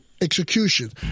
execution